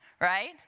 right